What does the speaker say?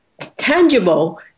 tangible